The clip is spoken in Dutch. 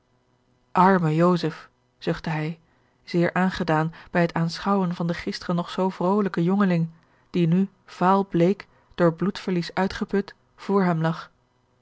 joseph zuchtte hij zeer aangedaan bij het aanschouwen van den gisteren nog zoo vrolijken jongeling die nu vaalbleek door bloedverlies uitgeput voor hem lag